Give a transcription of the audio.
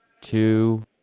two